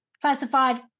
classified